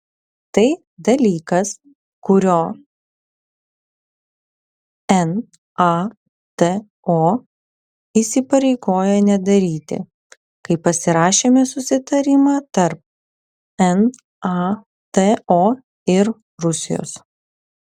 tai dalykas kurio nato įsipareigojo nedaryti kai pasirašėme susitarimą tarp nato ir rusijos